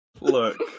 Look